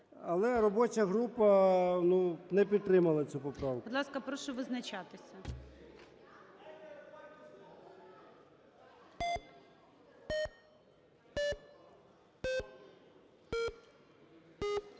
Але робоча група, ну, не підтримала цю поправку.